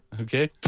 Okay